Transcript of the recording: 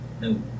No